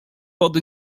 pod